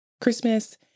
Christmas